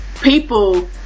people